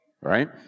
right